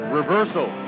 reversal